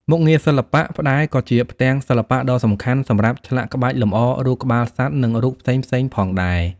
មុខងារសិល្បៈ ផ្តែរក៏ជា ផ្ទាំងសិល្បៈដ៏សំខាន់សម្រាប់ឆ្លាក់ក្បាច់លម្អរូបក្បាលសត្វ និងរូបផ្សេងៗ ផងដែរ។